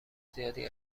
زیادی